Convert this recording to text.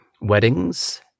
weddings